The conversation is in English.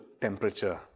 temperature